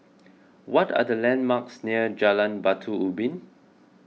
what are the landmarks near Jalan Batu Ubin